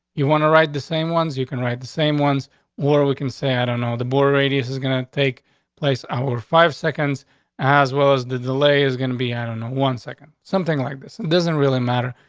you want to write the same ones, you can write the same ones war, weaken. say, i don't know, the border radius is gonna take place over five seconds as well as the delay is going to be and on one second. something like this. it doesn't really matter.